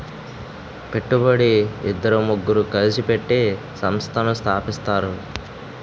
పెట్టుబడి ఇద్దరు ముగ్గురు కలిసి పెట్టి సంస్థను స్థాపిస్తారు